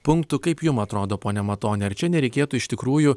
punktų kaip jum atrodo pone matoni ar čia nereikėtų iš tikrųjų